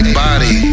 body